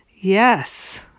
Yes